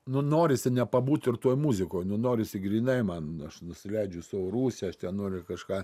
nu norisi nepabūt ir toj muzikoj nu norisi grynai man aš nusileidžiu į savo rūsį aš ten noriu kažką